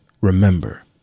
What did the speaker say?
remember